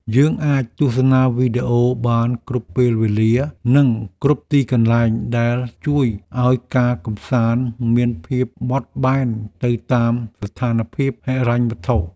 យើងអាចទស្សនាវីដេអូបានគ្រប់ពេលវេលានិងគ្រប់ទីកន្លែងដែលជួយឱ្យការកម្សាន្តមានភាពបត់បែនទៅតាមស្ថានភាពហិរញ្ញវត្ថុ។